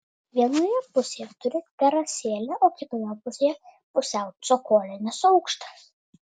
vienoje pusėje turi terasėlę o kitoje pusėje pusiau cokolinis aukštas